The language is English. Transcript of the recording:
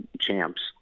champs